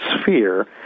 sphere